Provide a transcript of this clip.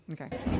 Okay